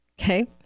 Okay